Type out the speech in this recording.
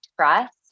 trust